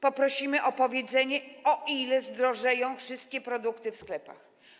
Poprosimy o powiedzenie, o ile zdrożeją wszystkie produkty w sklepach.